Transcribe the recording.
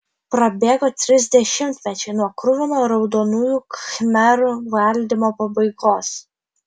prabėgo trys dešimtmečiai nuo kruvino raudonųjų khmerų valdymo pabaigos